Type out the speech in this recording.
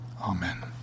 Amen